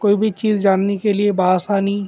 کوئی بھی چیز جاننے کے لیے بہ آسانی